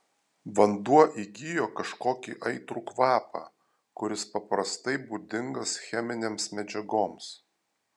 vanduo įgijo kažkokį aitrų kvapą kuris paprastai būdingas cheminėms medžiagoms